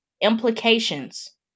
implications